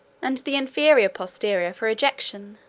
and the inferior posterior for ejection,